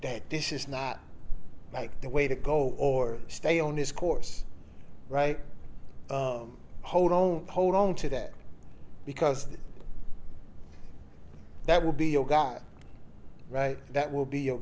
that this is not like the way to go or stay on this course right hold on hold on to that because that will be your guide right that will be